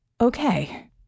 Okay